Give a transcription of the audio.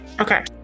Okay